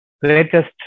greatest